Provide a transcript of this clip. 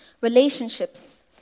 relationships